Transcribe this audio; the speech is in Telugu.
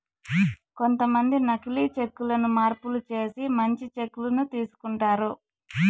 కొంతమంది నకీలి చెక్ లను మార్పులు చేసి మంచి చెక్ ను తీసుకుంటారు